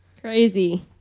crazy